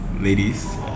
ladies